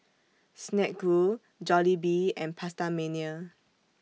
Snek Ku Jollibee and PastaMania